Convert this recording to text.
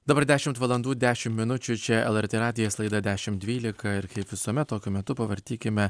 dabar dešimt valandų dešimt minučių čia lrt radijas laida dešimt dvylika ir kaip visuomet tokiu metu pavartykime